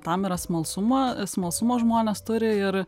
tam yra smalsumą smalsumo žmonės turi ir